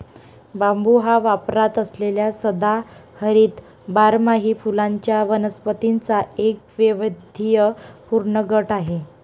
बांबू हा वापरात असलेल्या सदाहरित बारमाही फुलांच्या वनस्पतींचा एक वैविध्यपूर्ण गट आहे